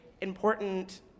important